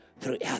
throughout